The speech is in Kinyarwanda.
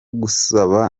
gusaba